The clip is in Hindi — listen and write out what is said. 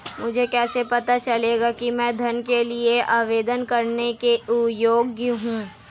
मुझे कैसे पता चलेगा कि मैं ऋण के लिए आवेदन करने के योग्य हूँ?